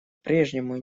прежнему